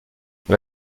dans